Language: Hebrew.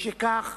משכך,